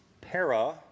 para